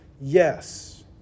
Yes